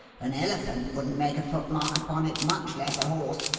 an elephant couldn't make a footmark upon it, much less a horse.